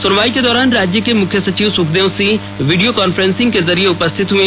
सुनवाई के दौरान राज्य के मुख्य सचिव सुखदेव सिंह वीडियो कॉन्फ्रेंसिंग के जरिए उपस्थित हुए